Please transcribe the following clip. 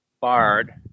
Bard